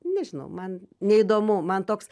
nežinau man neįdomu man toks